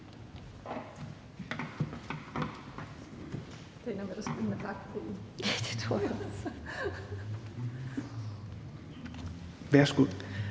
Værsgo.